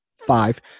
five